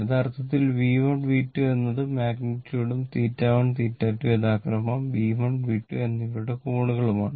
യഥാർത്ഥത്തിൽ V1 V2 എന്നത് മാഗ്നിറ്റുടും θ1 θ2 യഥാക്രമം V1 V2 എന്നിവയുടെ കോണുകളാണ്